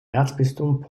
erzbistums